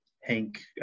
Hank